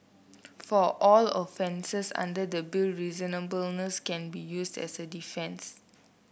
for all offences under the Bill reasonableness can be used as a defence